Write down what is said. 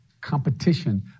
competition